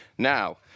Now